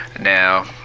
now